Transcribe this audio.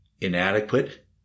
inadequate